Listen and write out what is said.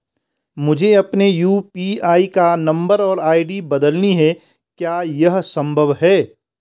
मुझे अपने यु.पी.आई का नम्बर और आई.डी बदलनी है क्या यह संभव है?